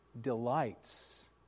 delights